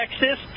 Texas